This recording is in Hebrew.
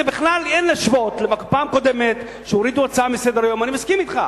בכלל אין להשוות לפעם הקודמת שהורידו הצעה מסדר-היום.